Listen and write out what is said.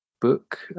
book